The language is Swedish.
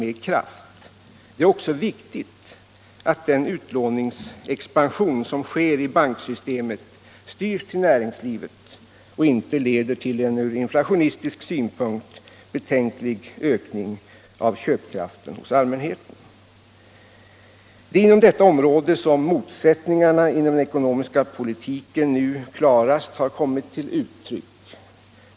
Det är också viktigt att den utlåningsexpansion som sker i banksystemet styrs till näringslivet och inte leder till en från inflationistisk synpunkt betänklig ökning av köpkraften hos allmänheten. Det är inom detta område som motsättningarna inom den ekonomiska politiken nu klarast kommer till uttryck.